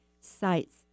sites